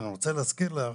ואני רוצה להזכיר לך,